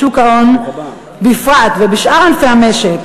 בשוק ההון בפרט ובשאר ענפי המשק,